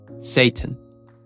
Satan